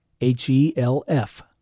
H-E-L-F